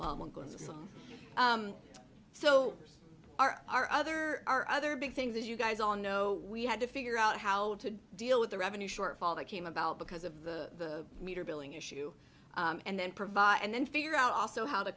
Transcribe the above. operator so are our other our other big things that you guys all know we had to figure out how to deal with the revenue shortfall that came about because of the meter billing issue and then provide and then figure out also how to